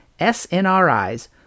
SNRIs